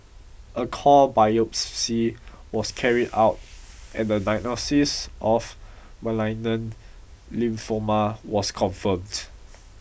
a core biopsy was carried out and the diagnosis of malignant lymphoma was confirmed